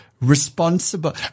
responsible